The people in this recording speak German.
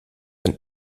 ein